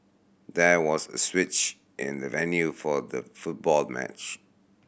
there was a switch in the venue for the football match